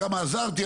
כמה עזרתי,